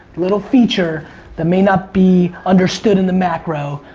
little feature that may not be understood in the macro,